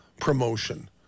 promotion